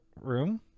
room